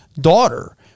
daughter